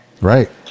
right